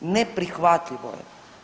Neprihvatljivo je.